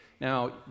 Now